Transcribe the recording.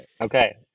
Okay